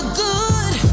good